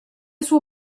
suo